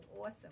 awesome